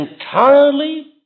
entirely